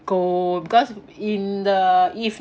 go because in the evening